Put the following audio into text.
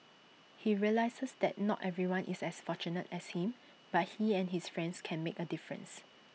he realises that not everyone is as fortunate as him but he and his friends can make A difference